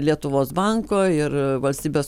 lietuvos banko ir valstybės